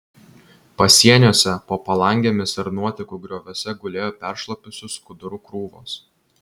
pasieniuose po palangėmis ir nuotekų grioviuose gulėjo peršlapusių skudurų krūvos